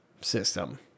system